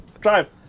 Drive